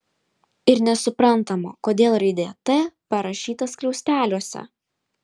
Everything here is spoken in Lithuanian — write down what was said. ir nesuprantama kodėl raidė t parašyta skliausteliuose